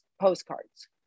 postcards